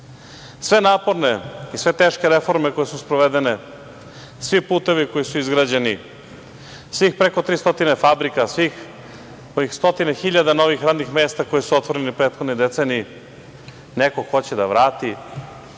naporne i sve teške reforme koje su sprovedene, svi putevi koji su izgrađeni, svih preko 300 fabrika, svih ovih stotine hiljada novih radnih mesta koje su otvoreni u prethodnoj deceniji, neko hoće da vrati